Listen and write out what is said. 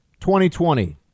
2020